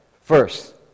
first